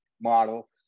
model